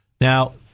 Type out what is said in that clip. Now